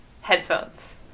headphones